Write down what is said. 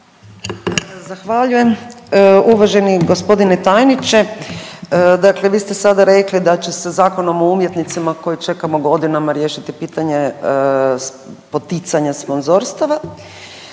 Zahvaljujem. Uvaženi gospodine tajniče, dakle vi ste sada rekli da će se Zakonom o umjetnicima koji čekamo godinama riješiti pitanje poticanja sponzorstava.